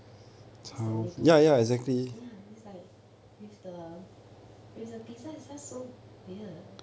that's the only two thing ya is like with the with the pizza is just so weird